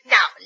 Now